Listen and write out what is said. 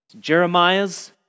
Jeremiah's